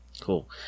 cool